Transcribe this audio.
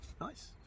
nice